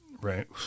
right